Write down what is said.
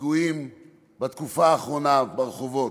פיגועים ברחובות,